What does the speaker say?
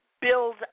build